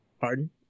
Pardon